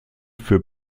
für